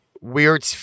weird